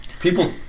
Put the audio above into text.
people